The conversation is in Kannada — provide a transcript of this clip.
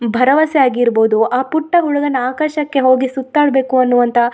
ಭರವಸೆ ಆಗಿರ್ಬೋದು ಆ ಪುಟ್ಟ ಹುಡುಗನ ಆಕಾಶಕ್ಕೆ ಹೋಗಿ ಸುತ್ತಾಡ್ಬೇಕು ಅನ್ನುವಂಥ